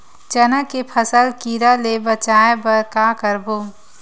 चना के फसल कीरा ले बचाय बर का करबो?